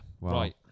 right